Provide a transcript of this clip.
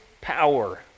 power